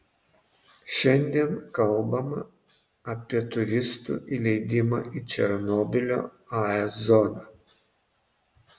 šiandien kalbama apie turistų įleidimą į černobylio ae zoną